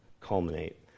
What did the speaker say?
culminate